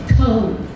code